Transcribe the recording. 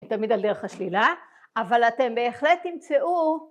תמיד על דרך השלילה, אבל אתם בהחלט תמצאו